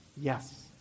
Yes